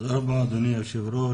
תודה רבה, אדוני היושב-ראש.